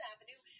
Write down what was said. Avenue